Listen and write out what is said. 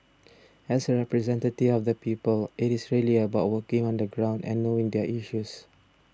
as a representative of the people it is really about working on the ground and knowing their issues